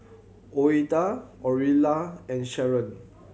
Ouida Orilla and Sherron